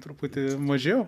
truputį mažiau